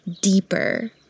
deeper